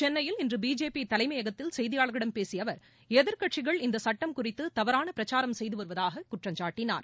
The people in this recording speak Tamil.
சென்னையில் இன்று பிஜேபி தலைமையகத்தில் செய்தியாளர்களிடம் பேசிய அவர் எதிர்க்கட்சிகள் இந்த சட்டம் குறித்து தவறான பிரச்சாரம் செய்து வருவதாக குற்றம் சாட்டினார்